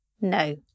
No